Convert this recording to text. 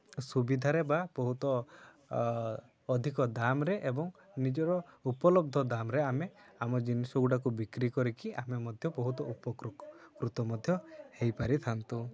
ସୁବିଧାରେ ବା ବହୁତ ଅଧିକ ଦାମ୍ରେ ଏବଂ ନିଜର ଉପଲବ୍ଧ ଦାମ୍ରେ ଆମେ ଆମ ଜିନିଷଗୁଡ଼ାକୁ ବିକ୍ରି କରିକି ଆମେ ମଧ୍ୟ ବହୁତ ଉପକୃତ ମଧ୍ୟ ହୋଇପାରିଥାନ୍ତୁ